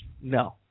No